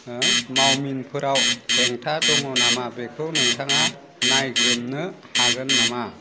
मावमिनफोराव हेंथा दङ नामा बेखौ नोंथाङा नायग्रोमनो हागोन नामा